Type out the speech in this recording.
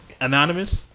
anonymous